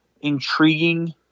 intriguing